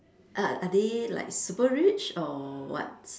are are they like super rich or what